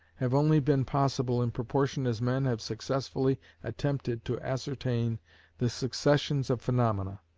have only been possible in proportion as men have successfully attempted to ascertain the successions of phaenomena.